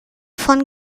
von